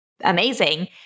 amazing